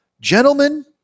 Gentlemen